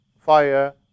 fire